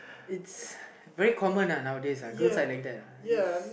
it's very common uh nowadays lah girls are like that uh